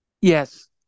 Yes